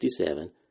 1967